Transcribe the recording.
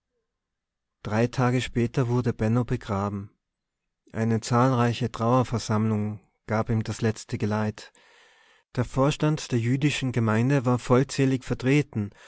drei tage später wurde benno begraben eine zahlreiche trauerversammlung gab ihm das letzte geleit der vorstand der jüdischen gemeinde war vollzählig